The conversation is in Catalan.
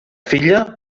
filla